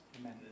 Amen